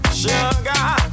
sugar